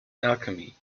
alchemy